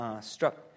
struck